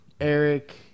Eric